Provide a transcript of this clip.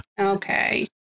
Okay